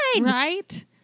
right